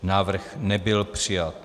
Návrh nebyl přijat.